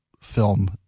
film